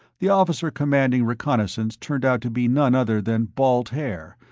the officer commanding reconnaissance turned out to be none other than balt haer,